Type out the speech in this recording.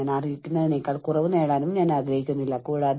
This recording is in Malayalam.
എനിക്ക് എന്റെ ജോലി ഇഷ്ടപ്പെടുകയോ ഇഷ്ടപ്പെടാതിരിക്കുകയോ ചെയ്യാം